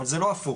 אבל זה לא הפוך.